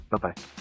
Bye-bye